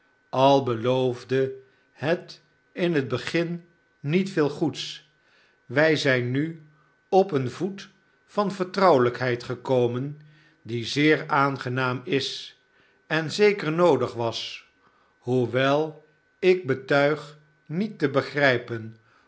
al beloofde het in het begin niet veel goeds wij zijn nu op een voet van vertrouwelijkheid gekomen die zeer aangenaam is en zeker noodig was hoewel ik betuig niet te begrijpen